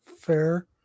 fair